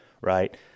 right